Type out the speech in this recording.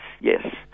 yes